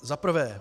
Za prvé.